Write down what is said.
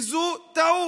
וזו טעות.